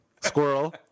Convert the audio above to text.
Squirrel